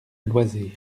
loizé